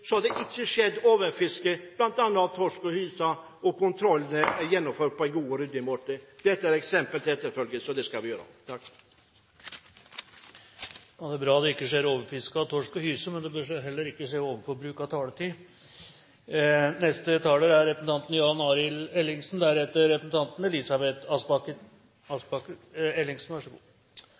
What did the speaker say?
ikke skjedde overfiske bl.a. av torsk og hyse, og kontrollene er gjennomført på en god og ryddig måte. Dette er et eksempel til etterfølgelse, og det skal vi følge opp. Det er bra det ikke skjer overfiske av torsk og hyse, men det bør heller ikke skje overforbruk av taletid!